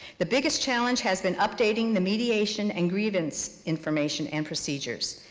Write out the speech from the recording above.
the biggest challenge has been updating the mediation and grievance information and procedures.